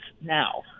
now